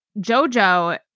Jojo